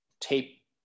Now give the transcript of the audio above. tape